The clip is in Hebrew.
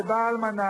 שבאה אלמנה,